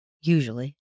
Usually